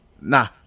nah